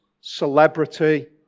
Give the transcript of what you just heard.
celebrity